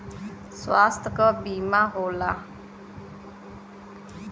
स्वास्थ्य क बीमा होला